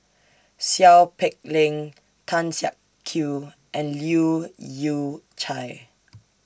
Seow Peck Leng Tan Siak Kew and Leu Yew Chye